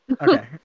Okay